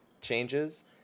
changes